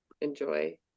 enjoy